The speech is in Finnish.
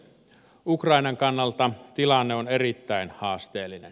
ukrainan kannalta tilanne on erittäin haasteellinen